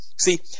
See